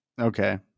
Okay